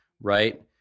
Right